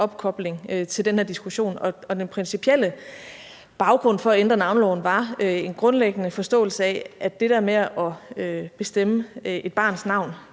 opkobling til den her diskussion, og den principielle baggrund for at ændre navneloven var en grundlæggende forståelse af, at det nok er forældrene, der er